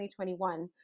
2021